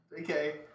Okay